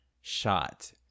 shot